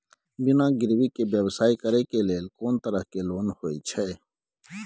बिना गिरवी के व्यवसाय करै ले कोन तरह के लोन होए छै?